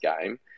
game